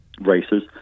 races